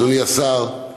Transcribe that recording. אדוני השר,